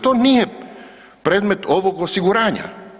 To nije predmet ovog osiguranja.